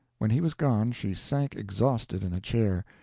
when he was gone, she sank exhausted in a chair,